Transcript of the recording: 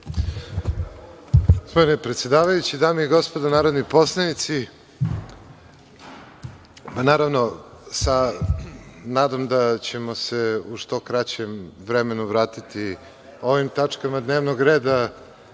Poštovani predsedavajući, dame i gospodo narodni poslanici, naravno sa nadom da ćemo se u što kraćem vremenu vratiti ovim tačkama dnevnog reda